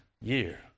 year